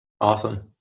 Awesome